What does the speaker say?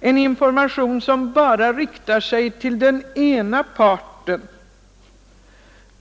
en information som bara riktar sig till den ena parten.